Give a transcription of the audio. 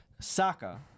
Saka